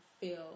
feel